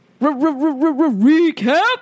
recap